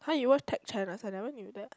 (huh) you watch tech channels I never knew that